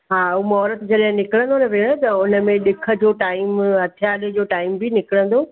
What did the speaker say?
हा ऐं महुरत जॾहिं निरंकिदो न भेण त उनमें ॾिख जो टाइम हथियाले जो टाइम बि निकिरंदो